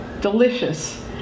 delicious